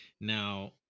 Now